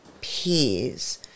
peas